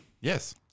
Yes